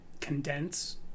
condense